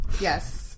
yes